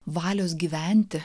valios gyventi